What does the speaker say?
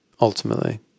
ultimately